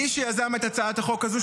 מי שיזם את הצעת החוק הזאת,